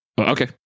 Okay